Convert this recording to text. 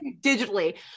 digitally